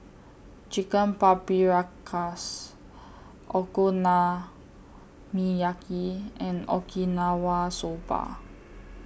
Chicken Paprikas Okonomiyaki and Okinawa Soba